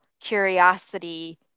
curiosity